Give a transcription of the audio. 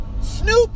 Snoop